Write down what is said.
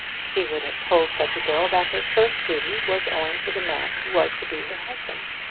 she would have told such girl that her first duty was owing to the man who was to be her husband,